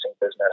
business